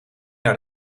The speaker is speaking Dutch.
naar